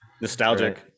Nostalgic